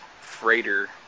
freighter